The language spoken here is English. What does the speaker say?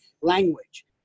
language